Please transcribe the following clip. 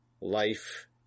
life